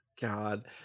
God